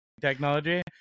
technology